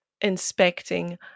inspecting